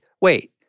Wait